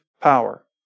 power